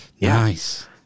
Nice